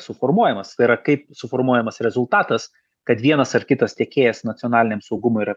suformuojamas tai yra kaip suformuojamas rezultatas kad vienas ar kitas tiekėjas nacionaliniam saugumui ira